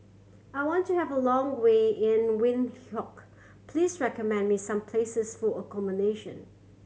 I want to have a long way in Windhoek please recommend me some places for accommodation